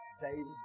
David